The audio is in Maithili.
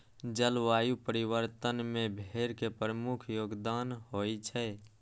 जलवायु परिवर्तन मे भेड़ के प्रमुख योगदान होइ छै